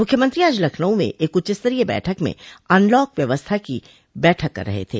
मुख्यमंत्री आज लखनऊ में एक उच्चस्तरीय बैठक में अनलॉक व्यवस्था की बैठक कर रहे थे